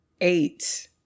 eight